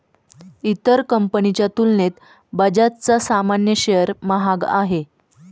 इतर कंपनीच्या तुलनेत बजाजचा सामान्य शेअर महाग आहे